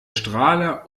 strahler